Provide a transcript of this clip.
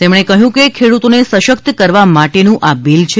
તેમણે કહ્યું ખેડૂતોને સશક્ત કરવા માટેનું આ બિલ છે